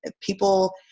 people